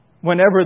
whenever